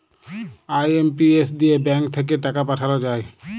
IMPS দিয়ে bank থাক্যে টাকা পাঠাল যায়